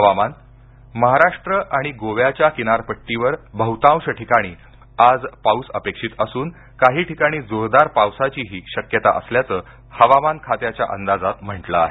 हवामान महाराष्ट्र आणि गोव्याच्या किनारपट्टीवर बहुतांश ठिकाणी आज पाऊस अपेक्षित असून काही ठिकाणी जोरदार पावसाचीही शक्यता असल्याचं हवामान खात्याच्या अंदाजात म्हटलं आहे